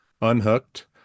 Unhooked